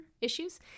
issues